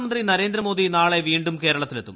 പ്രധാനമന്ത്രി നരേന്ദ്രമോദി നാളെ വീണ്ടും കേരളത്തിലെത്തും